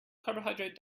carbohydrate